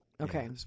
Okay